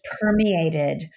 permeated